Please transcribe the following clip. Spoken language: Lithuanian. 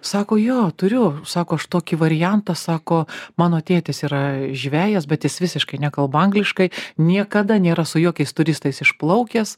sako jo turiu sako aš tokį variantą sako mano tėtis yra žvejas bet jis visiškai nekalba angliškai niekada nėra su jokiais turistais išplaukęs